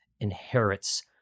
inherits